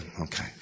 okay